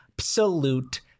absolute